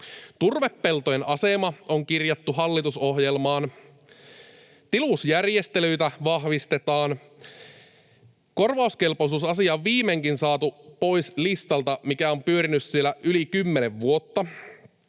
Turvepeltojen asema on kirjattu hallitusohjelmaan. Tilusjärjestelyitä vahvistetaan. Viimeinkin on saatu pois listalta korvauskelpoisuusasia, mikä on pyörinyt siellä yli kymmenen vuotta.